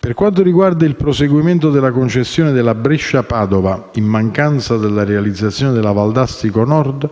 Per quanto riguarda il proseguimento della concessione della Brescia-Padova, in mancanza della realizzazione della Valdastico Nord,